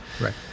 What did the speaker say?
right